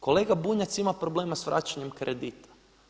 Kolega Bunjac ima problema sa vraćanjem kredita.